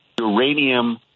uranium